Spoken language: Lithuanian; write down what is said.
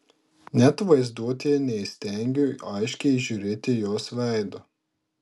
net vaizduotėje neįstengiu aiškiai įžiūrėti jos veido